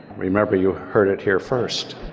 remember, you heard it here first.